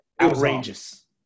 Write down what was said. outrageous